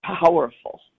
powerful